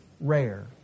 rare